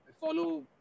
follow